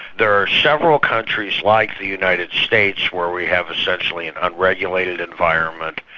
there are several countries, like the united states where we have essentially an unregulated environment,